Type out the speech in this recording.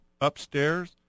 Upstairs